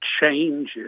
changes